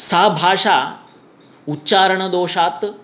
सा भाषा उच्चारणदोषात्